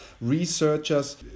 researchers